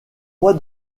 mois